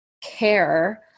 care